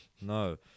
no